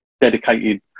dedicated